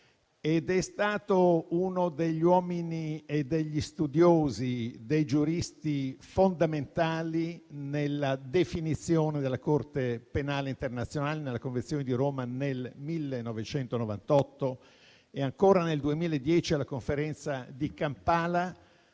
ed è stato uno degli uomini, degli studiosi, dei giuristi fondamentali nella definizione della Corte penale internazionale nella Convenzione di Roma nel 1998 e ancora nel 2010, alla conferenza di Kampala,